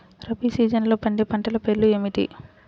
రబీ సీజన్లో పండే పంటల పేర్లు ఏమిటి?